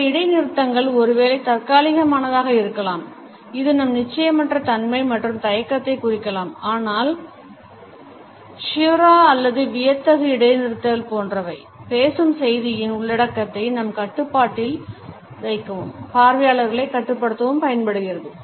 சில இடைநிறுத்தங்கள் ஒருவேளை தற்காலிகமானதாக இருக்கலாம் இது நம் நிச்சயமற்ற தன்மை மற்றும் தயக்கத்தைக் குறிக்கலாம் ஆனால் caesura அல்லது வியத்தகு இடைநிறுத்தங்கள் போன்றவை பேசும் செய்தியின் உள்ளடக்கத்தை நம் கட்டுப்பாட்டில் வைக்கவும் பார்வையாளர்களை கட்டுப்படுத்தவும் பயன்படுகிறது